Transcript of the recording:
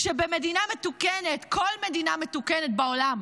כשבמדינה מתוקנת, כל מדינה מתוקנת בעולם,